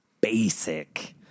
basic